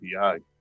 API